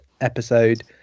episode